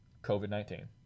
COVID-19